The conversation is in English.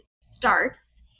starts